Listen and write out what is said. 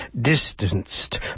Distanced